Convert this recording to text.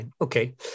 Okay